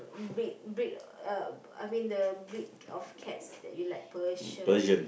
breed breed uh I mean the breed of cats that you like Persian